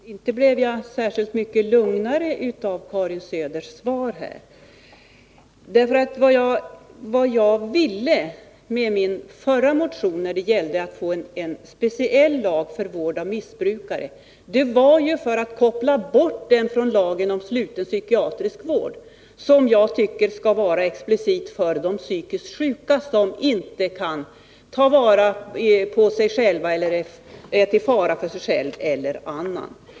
Fru talman! Jag blev inte särskilt mycket lugnare av Karin Söders svar. Vad jag ville med min förra motion när det gällde att få en speciell lag för vård av missbrukare var att koppla bort den från lagen om sluten psykiatrisk vård, som jag tycker explicit skall gälla för de psykiskt sjuka som inte kan ta vara på sig själva eller som är till fara för sig själva eller andra.